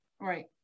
Right